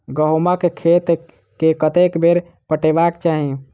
गहुंमक खेत केँ कतेक बेर पटेबाक चाहि?